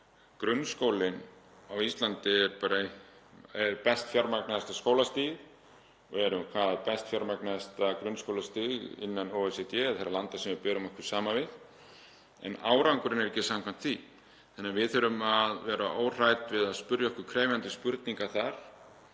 grunnskólinn á Íslandi er best fjármagnaða skólastigið og við erum með hvað best fjármagnaða grunnskólastigið innan OECD eða þeirra landa sem við berum okkur saman við en árangurinn er ekki samkvæmt því. Við þurfum að vera óhrædd við að spyrja okkur krefjandi spurninga þar,